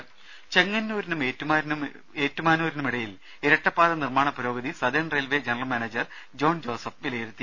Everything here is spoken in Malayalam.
രുദ ചെങ്ങന്നൂരിനും ഏറ്റുമാനൂരിനുമിടയിൽ ഇരട്ടപ്പാത നിർമ്മാണ പുരോഗതി southern railway general manager John Joseph വിലയിരുത്തി